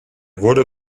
wurde